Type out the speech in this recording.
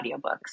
audiobooks